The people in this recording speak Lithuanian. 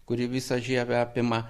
kuri visą žievę apima